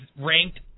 ranked